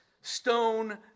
stone